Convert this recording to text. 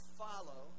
follow